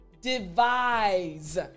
Devise